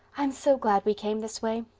i'm so glad we came this way,